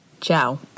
Ciao